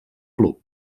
club